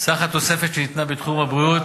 הרחבת סבסוד שהיית ילדים במסגרות חינוכיות,